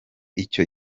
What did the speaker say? icyo